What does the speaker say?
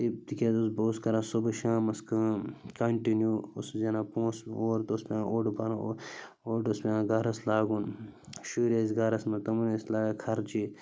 تہِ تِکیٛازِ اوس بہٕ اوسُس کران صُبُح شامَس کٲم کَنٹِنیوٗ اوسُس زینان پونٛسہٕ اول تہٕ اوس پٮ۪وان اوٚڑ بَرُن اوٚ اوٚڑ اوس پٮ۪وان گَرَس لاگُن شُرۍ ٲسۍ گَرَس منٛز تِمَن ٲسۍ لَگان خرچہِ